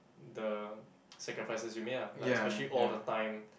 the sacrifices you made ah like especially all the time